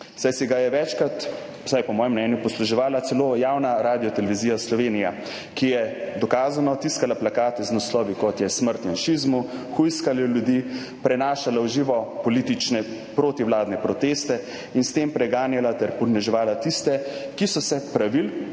saj se ga je večkrat, vsaj po mojem mnenju, posluževala celo javna Radiotelevizija Slovenija, ki je dokazano tiskala plakate z naslovi, kot je Smrt janšizmu, hujskala ljudi, prenašala v živo politične protivladne proteste in s tem preganjala ter poniževala tiste, ki so se pravil